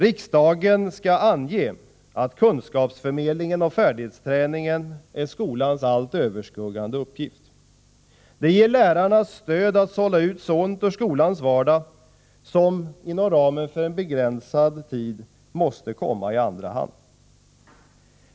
Riksdagen skall ange att kunskapsförmedlingen och färdighetsträningen är skolans allt överskuggande uppgift. Det ger lärarna stöd att sålla ut sådant ur skolans vardag som inom ramen för en begränsad tid måste komma i andra hand.